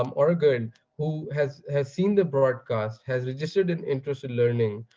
um or a girl who has has seen the broadcast, has registered an interest in learning,